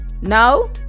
no